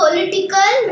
Political